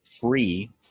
free